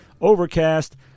Overcast